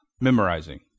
Memorizing